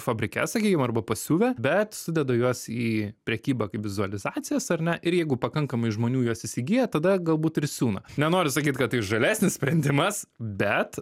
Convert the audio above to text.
fabrike sakykim arba pasiuvę bet sudedą juos į prekybą kaip vizualizacijas ar ne ir jeigu pakankamai žmonių juos įsigyja tada galbūt ir siūna nenoriu sakyt kad tai žalesnis sprendimas bet